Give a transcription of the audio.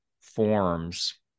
forms